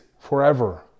forever